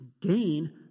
gain